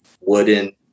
wooden